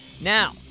now